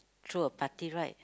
throw a party right